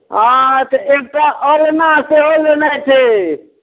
हँ तऽ एकटा अलना सेहो लेनाइ छै